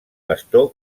bastó